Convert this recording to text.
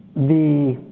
the